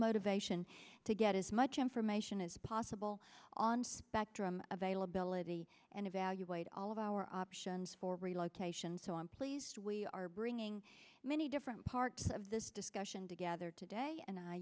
motivation to get as much information as possible on spectrum availability and evaluate all of our options for relocations so i'm pleased we are bringing many different part of this discussion together today and i